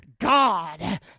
God